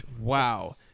Wow